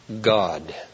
God